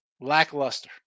Lackluster